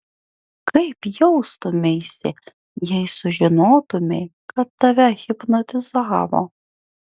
kaip jaustumeisi jei sužinotumei kad tave hipnotizavo